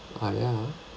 ah ya